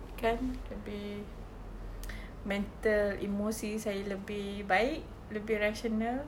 kan lebih mental emosi saya lebih baik lebih rasional